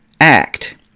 act